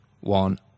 one